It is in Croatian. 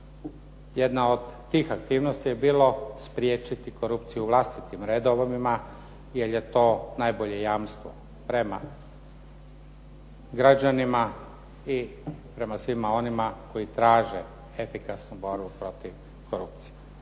Jedna od tih aktivnosti je bilo spriječiti korupciju u vlastitim redovima jer je to najbolje jamstvo prema građanima i prema svima onima koji traže efikasnu borbu protiv korupcije.